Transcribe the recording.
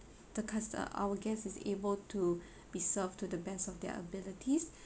the customer our guest is able to be served to the best of their abilities